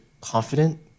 confident